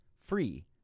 free